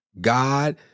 God